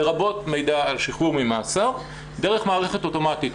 לרבות מידע על שחרור ממאסר דרך מערכת אוטומטית,